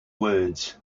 words